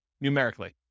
numerically